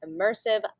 immersive